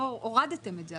כאן הורדתם את זה.